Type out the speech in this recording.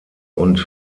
und